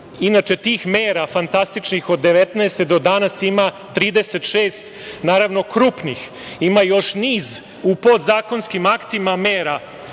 inače tih mera fantastičnih od 1919. do danas ima 36 krupnih, ima još niz u podzakonskim aktima mera,